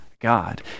God